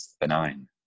benign